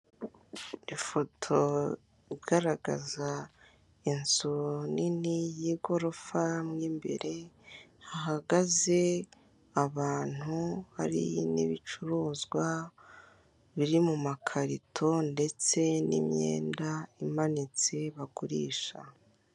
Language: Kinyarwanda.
Ifoto igaragaza inzu nini y'igorofa imbere hagaze abantu hari n'ibicuruzwa biri mu makarito ndetse n'imyenda imanitse bagurisha.